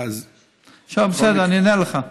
בסדר.